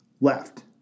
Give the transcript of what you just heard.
left